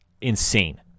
insane